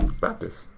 Baptist